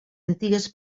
antigues